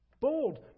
bold